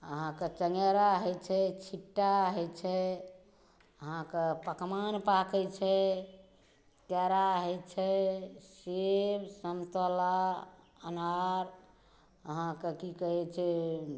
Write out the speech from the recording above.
अहाँके चङ्गेरा होइ छै छिट्टा होइ छै अहाँके पकमान पाकै छै केरा होइ छै सेब सनतोला अनार अहाँके की कहै छै